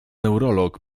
neurolog